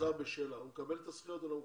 חזר בשאלה, הוא מקבל את הזכויות או לא?